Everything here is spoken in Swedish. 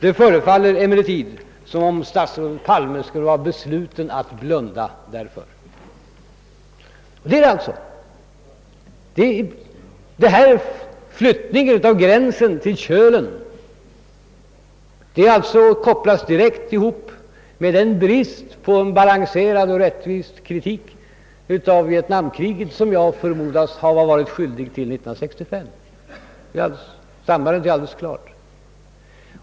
Det förefaller emellertid som om statsrådet Palme skulle vara besluten att blunda för det.» Flyttningen av gränsen till Kölen kopplas alltså direkt samman med den brist på en balanserad och rättvis kritik av vietnamkriget som jag förmodas ha varit skyldig till 1965. Sambandet är alldeles klart.